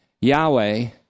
Yahweh